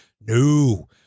No